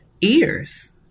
ears